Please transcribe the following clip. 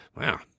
wow